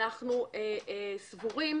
אנו סבורים,